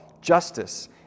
justice